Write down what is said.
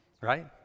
right